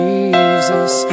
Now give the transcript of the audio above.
Jesus